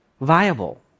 viable